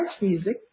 music